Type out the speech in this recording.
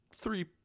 Three